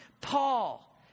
Paul